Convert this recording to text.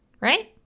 right